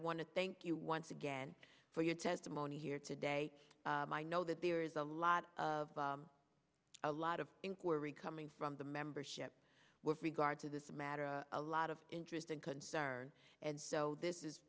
want to thank you once again for your testimony here today i know that there is a lot of a lot of inquiry coming from the membership with regard to this matter a lot of interest and concern and so this is